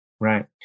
Right